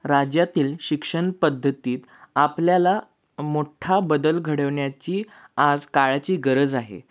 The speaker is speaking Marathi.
राज्यातील शिक्षण पद्धतीत आपल्याला मोठ्ठा बदल घडवण्याची आज काळाची गरज आहे